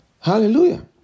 Hallelujah